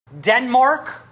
Denmark